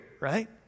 right